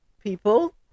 people